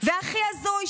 והכי הזוי,